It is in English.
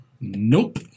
Nope